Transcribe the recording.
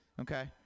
okay